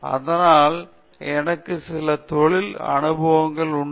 அதனால் எனக்கு சில தொழில் அனுபவங்கள் உண்டு